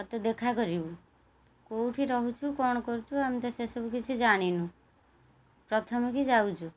ମୋତେ ଦେଖା କରିବୁ କେଉଁଠି ରହୁଛୁ କ'ଣ କରୁଛୁ ଆମେ ତ ସେସବୁ କିଛି ଜାଣିନୁ ପ୍ରଥମ କି ଯାଉଛୁ